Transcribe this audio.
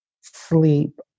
sleep